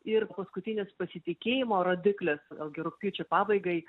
ir paskutinis pasitikėjimo rodiklis vėlgi rugpjūčio pabaigai